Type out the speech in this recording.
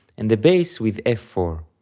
and the bass with f four.